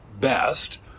best